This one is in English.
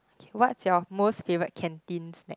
what's your most favourite canteen snack